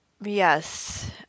Yes